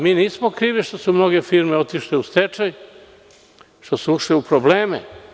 Mi nismo krivi što su mnoge firme otišle u stečaj, što su ušle u probleme.